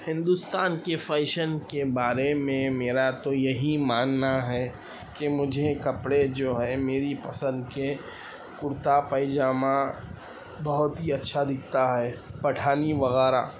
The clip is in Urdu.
ہندوستان کی فیشن کے بارے میں میرا تو یہی ماننا ہے کہ مجھے کپڑے جو ہے میری پسند کے کرتا پیجامہ بہت ہی اچھا دکھتا ہے پٹھانی وغیرہ